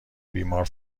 بیمار